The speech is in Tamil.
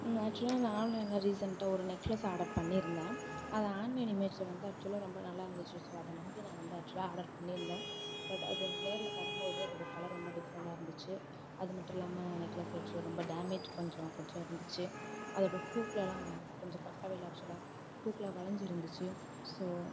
நான் ஆக்சுவலாக நான் ஆன்லைனில் ரீசென்டாக ஒரு நெக்லஸ் ஆடர் பண்ணியிருந்தேன் அது ஆன்லைன் இமேஜ்ஜில் வந்து ஆக்சுவலாக ரொம்ப நல்லாயிருந்துச்சி ஸோ அதை நம்பி நான் வந்து ஆக்சுவலாக ஆடர் பண்ணியிருந்தேன் பட் அது நேரில் வரும்போது அதோட கலர் ரொம்ப டிஃப்ரண்டாக இருந்துச்சு அதுமட்டும் இல்லாமல் நெக்லஸ் ஆக்சுவலாக ரொம்ப டேமேஜ் கொஞ்சம் கொஞ்சம் இருந்துச்சு அதோட ஹூக்லெலாம் கொஞ்சம் கரெக்டாகவே இல்லை ஆக்சுவலாக ஹூக்லெலாம் வளைஞ்சிருந்துச்சி ஸோ